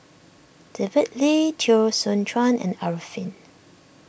David Lee Teo Soon Chuan and Arifin